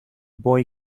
boy